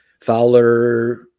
Fowler